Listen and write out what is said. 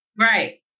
Right